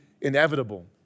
inevitable